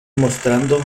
mostrando